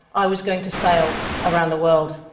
i was going to sail around the world.